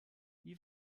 wie